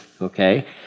okay